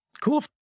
Cool